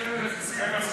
ועדת כספים.